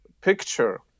picture